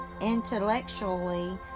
intellectually